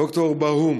ד"ר ברהום,